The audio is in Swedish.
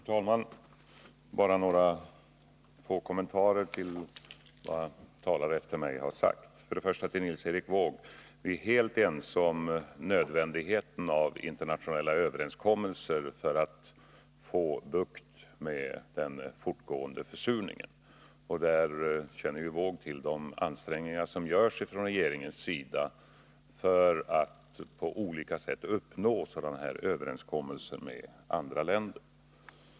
Fru talman! Låt mig göra några kommentarer till vad ett par talare efter mig har sagt. Vi är, Nils Erik Wååg, helt ense om nödvändigheten av internationella överenskommelser för att få bukt med den fortgående försurningen. Nils Erik Wååg känner också till de ansträngningar som regeringen gör för att uppnå sådana överenskommelser med andra länder.